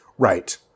Right